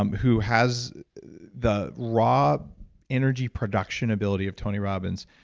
um who has the raw energy production ability of tony robbins.